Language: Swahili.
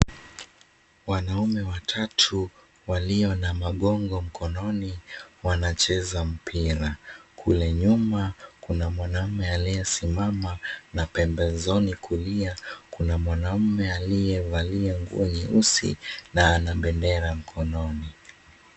Wanaume watatu walio na magongo mkononi, wanacheza mpira. Kule nyuma, kuna mwanamume aliyesimama na pembezoni kulia kuna mwanamume aliyevalia nguo nyeusi na ana bendera mkononi.